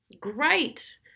Great